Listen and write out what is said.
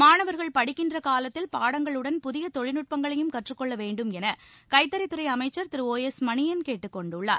மாணவர்கள் படிக்கின்ற காலத்தில் பாடங்களுடன் புதிய தொழில் நுட்பங்களையும் கற்றுக் கொள்ள வேண்டும் என கைத்தறித்துறை அமைச்சர் திரு ஒ எஸ் மணியன் கேட்டுக் கொண்டுள்ளார்